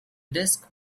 disk